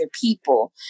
people